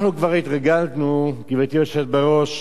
אנחנו כבר התרגלנו, גברתי היושבת בראש,